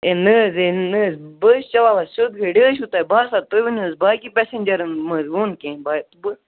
A نہٕ حظ اے نہٕ حظ بہٕ حظ چھُس چلاوان سیٚود گٲڑۍ یہِ حظ چھُو تۄہہِ باسان تُہۍ ؤنِو حظ باقی پٮ۪سٮ۪نجَرَن منٛز ووٚن کٔمۍ